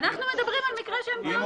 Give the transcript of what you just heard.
אנחנו מדברים על מקרה שהם טעו.